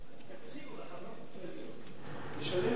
תציעו לחברות ישראליות לשלם דיבידנד